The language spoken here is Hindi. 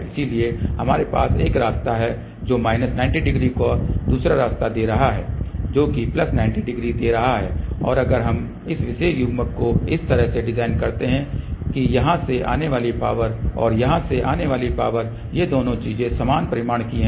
इसलिए हमारे पास एक रास्ता है जो माइनस 90 डिग्री को दूसरा रास्ता दे रहा है जो कि प्लस 90 डिग्री दे रहा है और अगर हम इस विशेष युग्मक को इस तरह से डिजाइन करते हैं कि यहाँ से आने वाली पावर और यहाँ से आने वाली पावर ये दोनों चीजें समान परिमाण की हैं